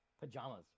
pajamas